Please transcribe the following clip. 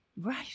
Right